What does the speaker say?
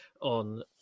on